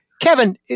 Kevin